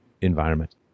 environment